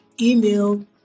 email